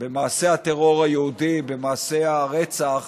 במעשה הטרור היהודי, במעשה הרצח